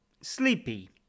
Sleepy